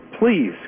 Please